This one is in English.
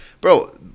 bro